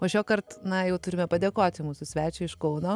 o šiuokart na jau turime padėkoti mūsų svečiui iš kauno